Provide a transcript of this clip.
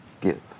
give